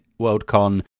Worldcon